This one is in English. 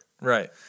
Right